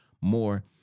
more